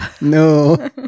No